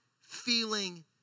feeling